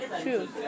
true